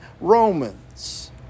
Romans